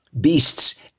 beasts